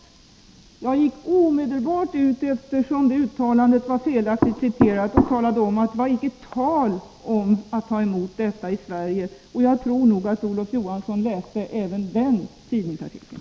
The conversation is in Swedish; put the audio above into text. Eftersom det uttalandet blev felaktigt citerat, gick jag omedelbart ut och förklarade att det inte var tal om att ta emot plutonium i Sverige, och jag tror nog att Olof Johansson läste även den tidningsartikeln.